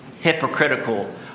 hypocritical